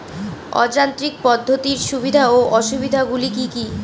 অযান্ত্রিক পদ্ধতির সুবিধা ও অসুবিধা গুলি কি কি?